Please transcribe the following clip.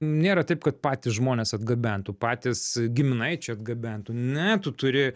nėra taip kad patys žmonės atgabentų patys giminaičiai atgabentų ne tu turi